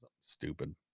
Stupid